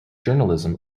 journalism